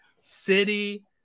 city